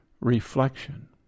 Reflection